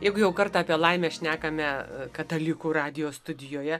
jeigu jau kartą apie laimę šnekame katalikų radijo studijoje